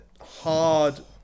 hard